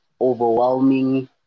overwhelming